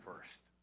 first